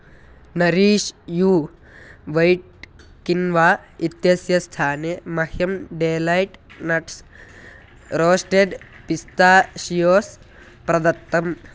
nourish you white quinoa इत्यस्य स्थाने मह्यं डेलैट् नट्स् रोस्टेड् पिस्ताशियोस् प्रदत्तम्